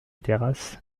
terrasse